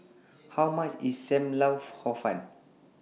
How much IS SAM Lau Hor Fun